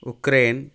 Ukraine